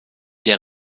der